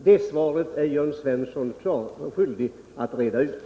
Den frågan är Jörn Svensson skyldig att besvara.